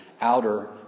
outer